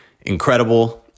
incredible